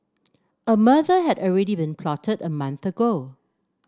a murder had already been plotted a month ago